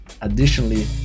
Additionally